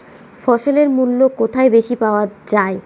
ফসলের মূল্য কোথায় বেশি পাওয়া যায়?